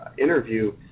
interview